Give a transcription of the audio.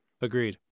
Agreed